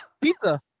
Pizza